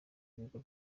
ibigo